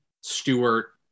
Stewart